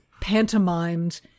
pantomimed